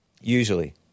usually